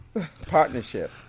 partnership